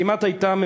כמעט הייתה,